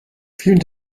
vielen